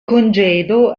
congedo